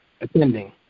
attending